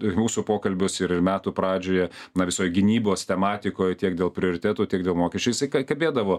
ir mūsų pokalbius ir ir metų pradžioje na visoj gynybos tematikoj tiek dėl prioritetų tiek dėl mokesčių jisai kabėdavo